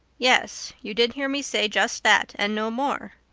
yes, you did hear me say just that and no more.